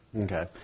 Okay